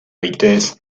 weekdays